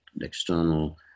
external